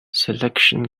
selection